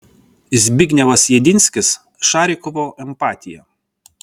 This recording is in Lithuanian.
zbignevas jedinskis šarikovo empatija